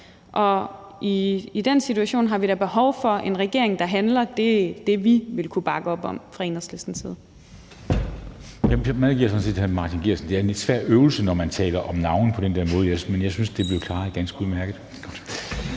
og i den situation har vi da behov for en regering, der handler. Det er det, vi vil kunne bakke op om fra Enhedslistens